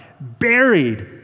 buried